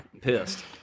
Pissed